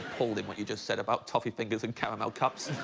holding what you just said about toffee fingers and caramel cups